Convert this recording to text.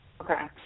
Okay